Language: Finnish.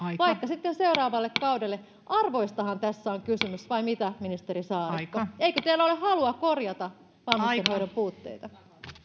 vaikka sitten seuraavalle kaudelle arvoistahan tässä on kysymys vai mitä ministeri saarikko eikö teillä ole halua korjata vanhustenhoidon puutteita